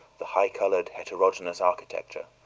the high-colored, heterogeneous architecture,